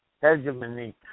hegemony